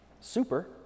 super